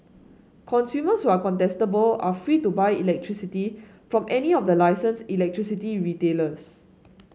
consumers who are contestable are free to buy electricity from any of the licensed electricity retailers